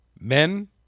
Men